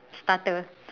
starter